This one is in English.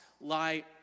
lie